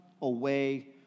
away